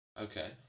Okay